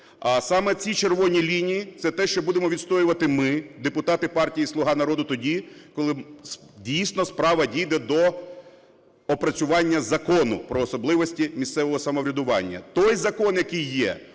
Саме ці червоні лінії – це те, що будемо відстоювати ми, депутати партії "Слуга народу", тоді, коли, дійсно, справа дійде до опрацювання Закону про особливості місцевого самоврядування. Той закон, який є,